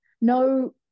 No